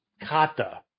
kata